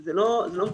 זה לא מקובל.